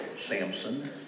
Samson